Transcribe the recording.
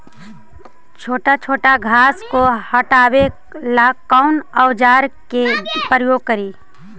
छोटा छोटा घास को हटाबे ला कौन औजार के प्रयोग करि?